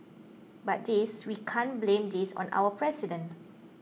but this we can't blame this on our president